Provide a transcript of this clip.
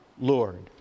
Lord